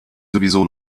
sowieso